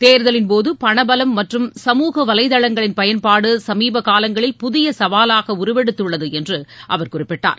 தேர்தலின்போதுபணபவம் மற்றும் சமூக வலைதளங்களின் பயன்பாடுசமீபகாலங்களில் புதியசவாலாகஉருவெடுத்துள்ளதுஎன்றுஅவர் குறிப்பிட்டார்